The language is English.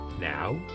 Now